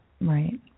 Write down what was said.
Right